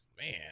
man